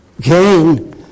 Gain